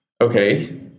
Okay